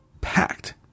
Packed